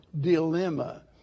dilemma